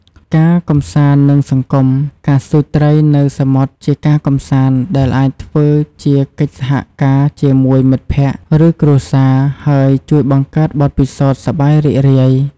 ការកម្សាន្ត និងសង្គម ការស្ទូចត្រីនៅសមុទ្រជាការកម្សាន្តដែលអាចធ្វើជាកិច្ចសហការជាមួយមិត្តភក្តិ ឬគ្រួសារ ហើយជួយបង្កើតបទពិសោធន៍សប្បាយរីករាយ។